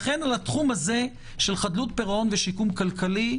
לכן על התחום הזה של חדלות פירעון ושיקום כלכלי,